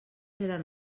eren